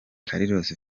carlos